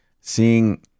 seeing